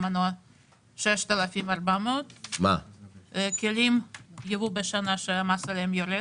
מנוע - 6,400 כלים יבוא בשנה שהמס עליהם יורד.